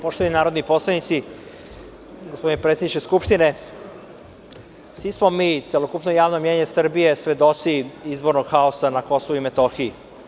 Poštovani narodni poslanici, gospodine predsedniče Skupštine, svi smo mi, celokupno javno mnjenje Srbije, svedoci izbornog haosa na Kosovu i Metohiji.